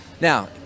Now